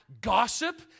Gossip